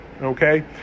Okay